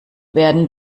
werden